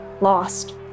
Lost